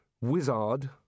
wizard